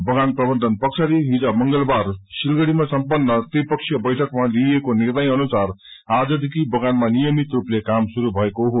बगान प्रबन्धन पक्षले हिज मंगलबार सिलगड़ीमा सम्पज्ञनन त्रिपक्षीय बैठकमा लिइएको निर्णय अनुसार आजदेखि बगानमा नियमित रूपले काम शुरू भएको हो